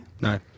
No